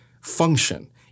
function